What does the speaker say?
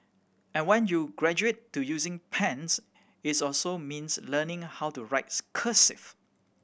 and when you graduate to using pens it's also means learning how to write cursive